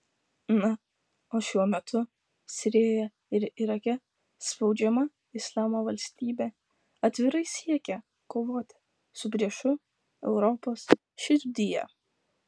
na o šiuo metu sirijoje ir irake spaudžiama islamo valstybė atvirai siekia kovoti su priešu europos širdyje